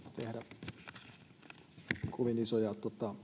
tehdä kovin isoja